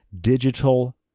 digital